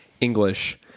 English